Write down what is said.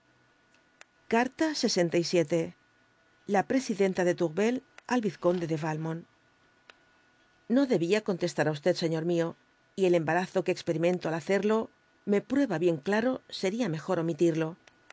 carta lxvu la presidenta de touruel al vizconde de vahnonu río debía contestar á señor mío y el embarazo que experimento al hacerlo me prueba bien claro sería mejor omitirlo